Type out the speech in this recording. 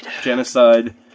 genocide